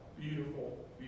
beautiful